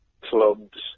clubs